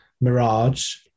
mirage